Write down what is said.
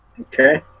Okay